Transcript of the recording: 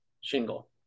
shingle